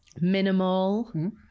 minimal